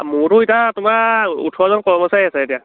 মোৰতো এতিয়া তোমাৰ ওঠৰজন কৰ্মচাৰী আছে এতিয়া